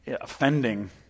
offending